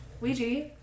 Ouija